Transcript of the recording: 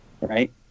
right